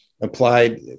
applied